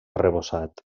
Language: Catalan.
arrebossat